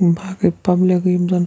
باقٕے پَبلِک یِم زَن